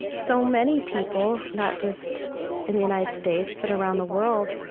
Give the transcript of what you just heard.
so many people, not just in the united states, but around the world,